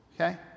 okay